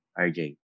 RJ